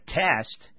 test